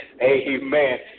Amen